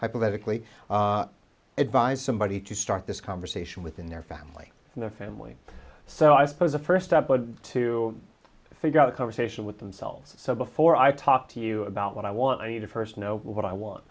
hypothetically advise somebody to start this conversation within their family and their family so i suppose the first step was to figure out a conversation with themselves so before i talk to you about what i want i need to first know what i